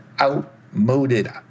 outmoded